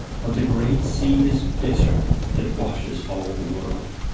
but the great sea is bitter that washes all the world.